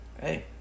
Hey